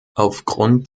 aufgrund